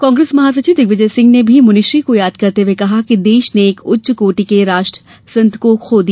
कांग्रेस महासचिव दिग्विजय सिंह ने भी मुनिश्री को याद करते हुए कहा कि देश ने एक उच्च कोटि के राष्ट्र संत खो दिया